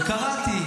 וקראתי.